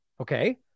Okay